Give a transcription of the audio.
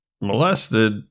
molested